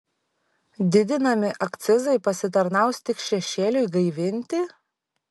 didinami akcizai pasitarnaus tik šešėliui gaivinti